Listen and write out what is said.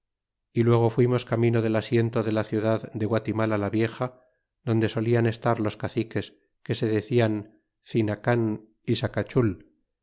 y luego fuimos camino del asiento de la ciudad de guatimala la vieja donde solian estar los caciques que se decían cinacan y